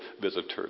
visitors